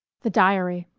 the diary